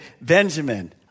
Benjamin